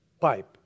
pipe